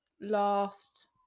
last